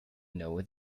know